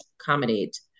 accommodate